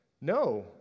No